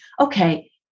okay